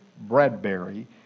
Bradbury